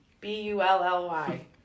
B-U-L-L-Y